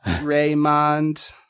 Raymond